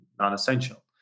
non-essential